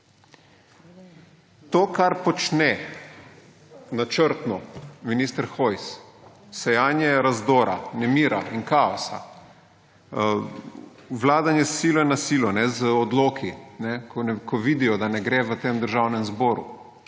To, kar počne načrtno minister Hojs, sejanje razdora, nemira in kaosa, vladanje s silo in na silo z odloki, ko vidijo, da ne gre v Državnem zboru